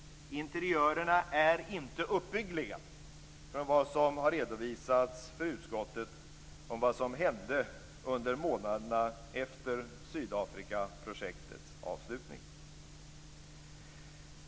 Interiörerna är inte uppbyggliga för vad som har redovisats för utskottet av vad som skedde månaderna efter Sydafrikaprojektets avslutning.